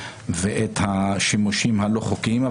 ואת השימושים הלא חוקיים,